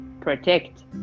protect